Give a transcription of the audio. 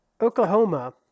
Oklahoma